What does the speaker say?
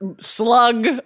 slug